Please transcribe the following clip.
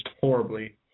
horribly –